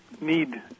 need